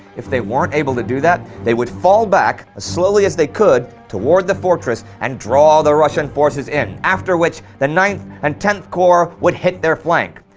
if they weren't able to do that, they would fall back as slowly as they could toward the fortress and draw the russian forces in, after which the ninth and tenth corps would hit their flank.